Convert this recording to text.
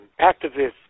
Activists